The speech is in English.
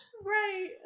Right